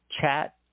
Chat